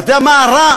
ואתה יודע מה רע?